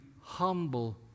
humble